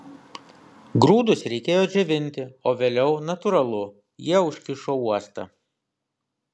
grūdus reikėjo džiovinti o vėliau natūralu jie užkišo uostą